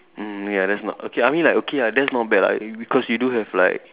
mm ya that's not okay I mean like okay ah that's not bad lah be~ because you do have like